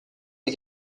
des